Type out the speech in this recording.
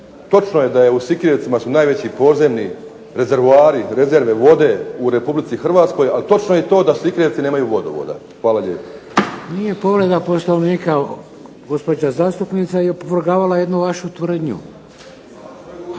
točno je da je u Sikirevcima su najveći podzemni rezervoari, rezerve vode u Republici Hrvatskoj, ali točno je i to da SIkirevci nemaju vodovoda. Hvala lijepo. **Šeks, Vladimir (HDZ)** Nije povreda Poslovnika, gospođa zastupnica je opovrgavala jednu vašu tvrdnju.